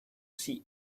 see